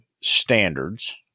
standards